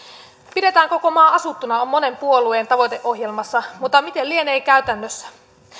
pidetään koko maa asuttuna on monen puolueen tavoiteohjelmassa mutta miten lienee käytännössä